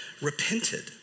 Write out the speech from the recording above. repented